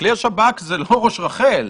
כלי השב"כ זה לא ראש רח"ל.